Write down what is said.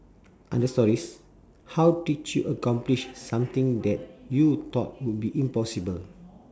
under stories how did you accomplish something that you thought would be impossible